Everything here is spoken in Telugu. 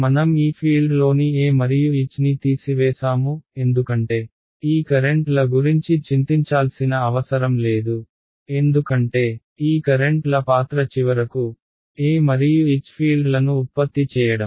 మనం ఈ ఫీల్డ్లోని E మరియు H ని తీసివేసాము ఎందుకంటే ఈ కరెంట్ల గురించి చింతించాల్సిన అవసరం లేదు ఎందుకంటే ఈ కరెంట్ల పాత్ర చివరకు E మరియు H ఫీల్డ్లను ఉత్పత్తి చేయడం